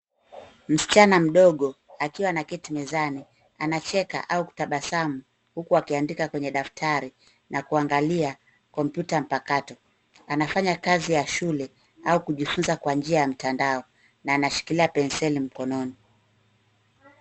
Msichana mdogo, akiwa anaketi mezani, anacheka au kutabasamu huku akiandika kwenye daftari na kuangalia kompyuta mpakato. Anafanya kazi ya shule au kujifunza kwa njia ya mtandao na anashikilia penseli mkononi.